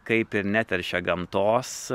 kaip ir neteršia gamtos